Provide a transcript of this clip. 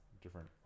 different